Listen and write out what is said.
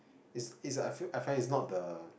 is is I feel I find is not the